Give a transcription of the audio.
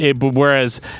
Whereas